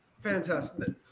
fantastic